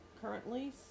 currently